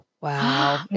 Wow